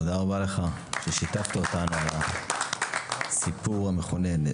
תודה רבה לך ששיתפת אותנו על הסיפור המכונן.